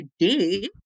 today